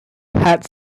had